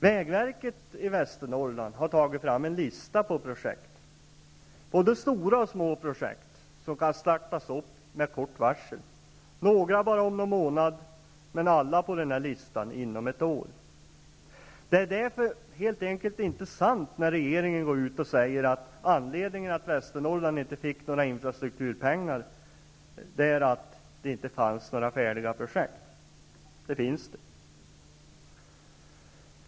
Vägverket i Västernorrland har tagit fram en lista på både stora och små projekt som kan startas med kort varsel -- några om bara någon månad men alla på listan inom ett år. Det är helt enkelt inte sant när regeringen säger att anledningen till att Västernorrland inte fick några infrastrukturpengar är att det inte fanns några färdiga projekt. Det finns det.